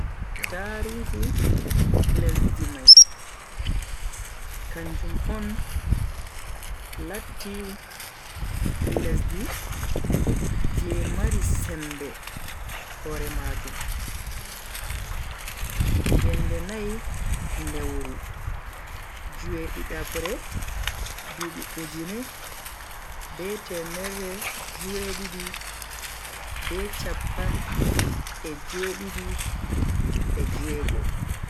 Tarihi lesdi mai kanjum on latti lesdi je mari sembe hore majum yende nai lewru jue-didabre dubi ujune be temerre jue-didi be chappan e jue-didi e jue-go.